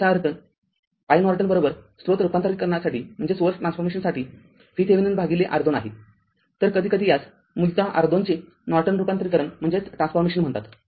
याचा अर्थ iNorton स्रोत रूपांतरीकरण VThevenin भागिले R२ आहे तरकधीकधी यास मूलतः R२चे नॉर्टन रूपांतरीकरण म्हणतात